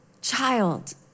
child